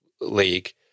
league